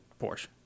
Porsche